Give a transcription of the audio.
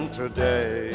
today